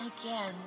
again